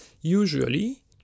usually